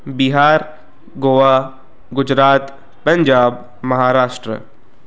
Bihar Goa Gujarat Punjab Maharashtra